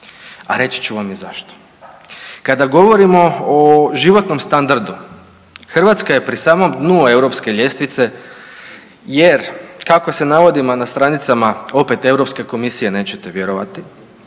a reći ću vam i zašto. Kada govorimo o životnom standardu Hrvatska je pri samom dnu europske ljestvice jer kako se navodimo na stranicama opet Europske komisije nećete vjerovati,